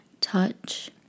touch